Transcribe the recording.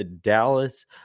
Dallas